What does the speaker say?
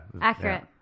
Accurate